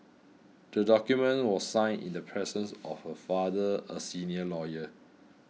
the document was signed in the presence of her father a senior lawyer